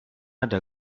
ada